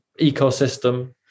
ecosystem